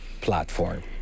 platform